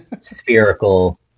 spherical